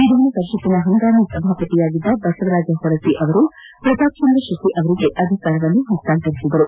ವಿಧಾನಪರಿಷತ್ನ ಹಂಗಾಮಿ ಸಭಾಪತಿಯಾಗಿದ್ದ ಬಸವರಾಜಹೊರಟ್ಟ ಅವರು ಪ್ರತಾಪ್ಚಂದ್ರಶೆಟ್ಟ ಅವರಿಗೆ ಅಧಿಕಾರ ಹಸ್ತಾಂತರಿಸಿದರು